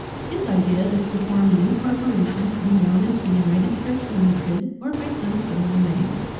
his idea is to form a new corporation to be known as the united church limited or by some similar name.